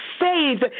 faith